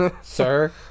Sir